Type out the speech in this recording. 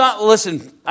listen